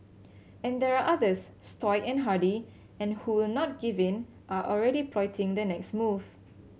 and there are others stoic and hardy and who will not give in are already plotting their next move